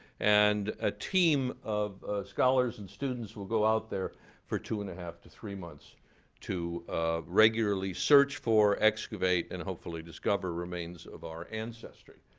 and a team of scholars and students will go out there for two and a half to three months to regularly search for, excavate, and hopefully discover remains of our ancestors.